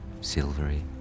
silvery